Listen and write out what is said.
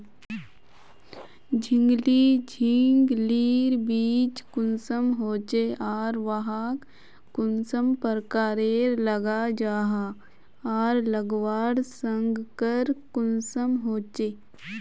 झिंगली झिंग लिर बीज कुंसम होचे आर वाहक कुंसम प्रकारेर लगा जाहा आर लगवार संगकर कुंसम होचे?